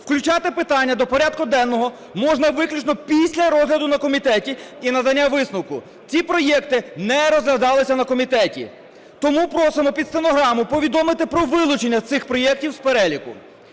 включати питання до порядку денного можна виключно після розгляду на комітеті і надання висновку. Ці проекти не розглядалися на комітеті, тому просимо під стенограму повідомити про вилучення цих проектів з переліку.